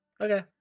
Okay